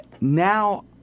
Now